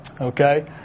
okay